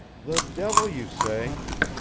the devil, you say!